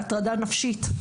להטרדה נפשית.